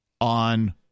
on